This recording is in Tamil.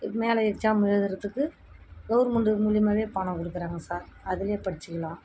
மேலே எக்ஸாமு எழுதுகிறதுக்கு கவுர்மெண்டு மூலிமாவே பணம் கொடுக்கறாங்க சார் அதில் படிச்சுக்கிலாம்